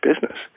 business